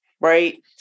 right